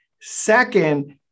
Second